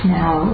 now